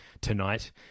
tonight